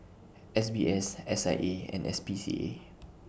S B S S I A and S P C A